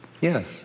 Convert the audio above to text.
yes